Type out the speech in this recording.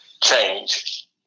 Change